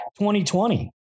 2020